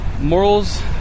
Morals